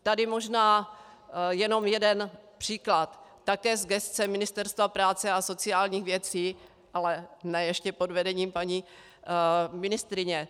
Tady možná jenom jeden příklad také z gesce Ministerstva práce a sociálních věcí, ale ne ještě pod vedením paní ministryně.